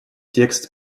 текст